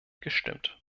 gestimmt